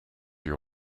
your